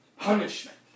punishment